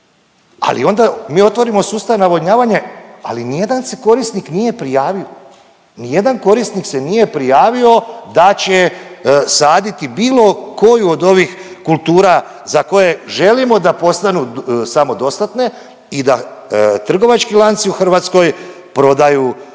ali onda mi otvorimo sustav navodnjavanje, ali nijedan se korisnik nije prijavio, nijedan korisnik se nije prijavio da će saditi bilo koju od ovih kultura za koje želimo da postanu samodostatne i da trgovački lanci u Hrvatskoj prodaji, prodaju